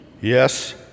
Yes